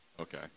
Okay